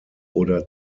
oder